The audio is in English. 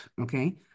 okay